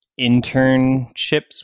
internships